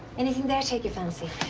anything there take your fancy?